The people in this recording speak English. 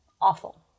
awful